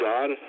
God